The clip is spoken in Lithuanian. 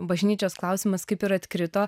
bažnyčios klausimas kaip ir atkrito